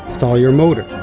stall your motor,